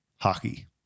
Hockey